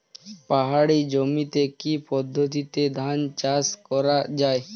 পাহাড়ী জমিতে কি পদ্ধতিতে ধান চাষ করা যায়?